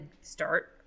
start